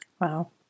wow